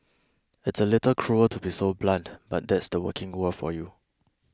it's a little cruel to be so blunt but that's the working world for you